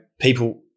people